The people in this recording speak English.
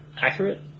accurate